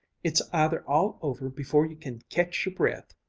it's either all over before you can ketch your breath,